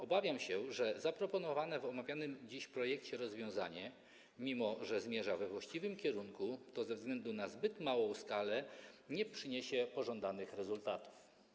Obawiam się, że zaproponowane w omawianym dziś projekcie rozwiązanie, mimo że zmierza we właściwym kierunku, to ze względu na zbyt małą skalę nie przyniesie pożądanych rezultatów.